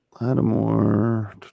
Lattimore